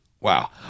Wow